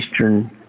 Eastern